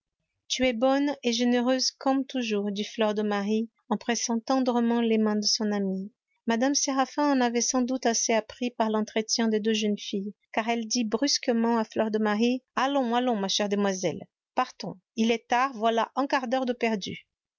tu es bonne et généreuse comme toujours dit fleur de marie en pressant tendrement les mains de son amie mme séraphin en avait sans doute assez appris par l'entretien des deux jeunes filles car elle dit presque brusquement à fleur de marie allons allons ma chère demoiselle partons il est tard voilà un quart d'heure de perdu